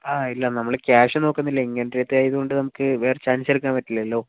ആ ഇല്ല നമ്മൾ ക്യശ് നോക്കുന്നില്ല ഇങ്ങനത്തേത് ആയതു കൊണ്ട് നമുക്ക് വേറെ ചാന്സ് എടുക്കാന് പറ്റില്ലല്ലോ